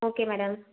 okay madam